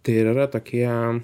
tai ir yra tokie